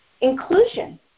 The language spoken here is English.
inclusion